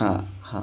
हां हां